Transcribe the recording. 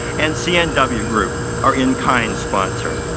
and cnw group, our in kind sponsor.